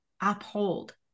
uphold